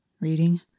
reading